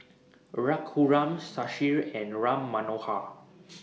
Raghuram Shashi and Ram Manohar